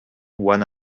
one